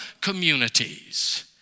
communities